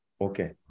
Okay